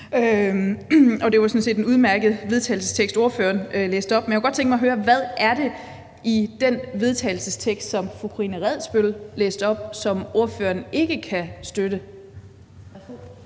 Det var sådan set en udmærket vedtagelsestekst, ordføreren læste op, men jeg kunne godt tænke mig at høre, hvad det er i den vedtagelsestekst, som fru Karina Adsbøl læste op, som ordføreren ikke kan støtte.